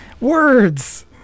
Words